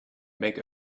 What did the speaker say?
make